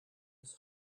his